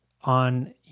on